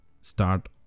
start